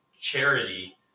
charity